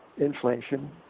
inflation